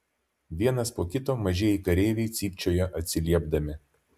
vienas po kito mažieji kareiviai cypčiojo atsiliepdami